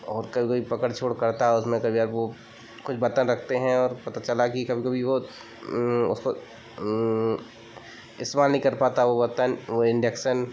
और कभी कभी पकड़ छोड़ करता है उसमें कभी आपको कुछ बर्तन रखते हैं और पता चला कि कभी कभी वह उसको इस वाला नहीं कर पाता वह बर्तन वह इंडेक्सन